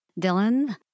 Dylan